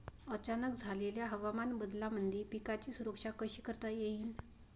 अचानक झालेल्या हवामान बदलामंदी पिकाची सुरक्षा कशी करता येईन?